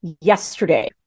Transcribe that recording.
yesterday